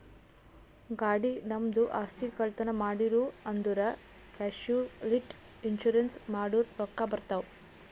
ಗಾಡಿ, ನಮ್ದು ಆಸ್ತಿ, ಕಳ್ತನ್ ಮಾಡಿರೂ ಅಂದುರ್ ಕ್ಯಾಶುಲಿಟಿ ಇನ್ಸೂರೆನ್ಸ್ ಮಾಡುರ್ ರೊಕ್ಕಾ ಬರ್ತಾವ್